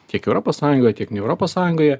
tiek europos sąjungoj tiek ne europos sąjungoje